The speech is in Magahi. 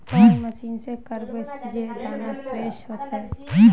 कौन मशीन से करबे जे दाना फ्रेस होते?